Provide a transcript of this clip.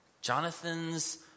Jonathan's